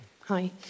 Hi